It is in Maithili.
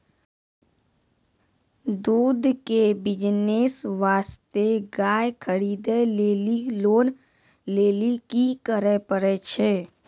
दूध के बिज़नेस वास्ते गाय खरीदे लेली लोन लेली की करे पड़ै छै?